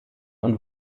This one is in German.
und